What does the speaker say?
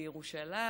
בירושלים,